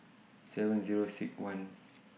seven Zero six one